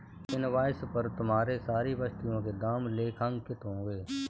invoice पर तुम्हारे सारी वस्तुओं के दाम लेखांकित होंगे